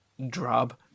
drab